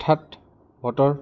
অৰ্থাৎ বতৰ